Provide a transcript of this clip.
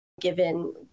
given